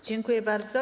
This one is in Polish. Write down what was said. Dziękuję bardzo.